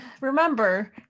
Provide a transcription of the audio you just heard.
remember